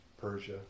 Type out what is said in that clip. Persia